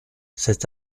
cet